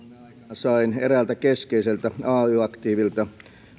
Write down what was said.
sain eräältä keskeiseltä ay aktiivilta